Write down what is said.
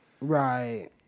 Right